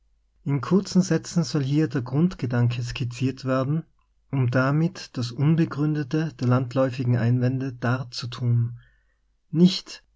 in kurzen sätzen soll hier der grunde gedanke skizziert werden um damit das unbegründete der landläufigen einwände darzutun nicht